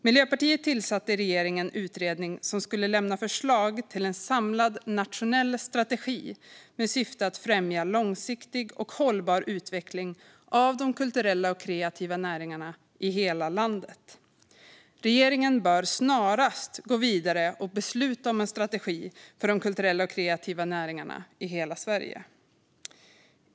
Miljöpartiet tillsatte i regeringsställning en utredning som skulle lämna förslag till samlad nationell strategi med syfte att främja långsiktig och hållbar utveckling av de kulturella och kreativa näringarna i hela landet. Regeringen bör snarast gå vidare och besluta om en strategi för de kulturella och kreativa näringarna i hela Sverige.